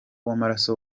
w’amaraso